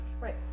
Right